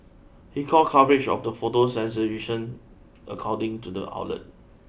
he called coverage of the photo sensationalism according to the outlet